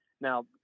now